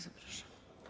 Zapraszam.